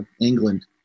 england